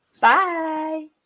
Bye